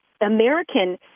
American